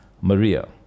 maria